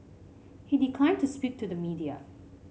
he declined to speak to the media